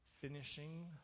finishing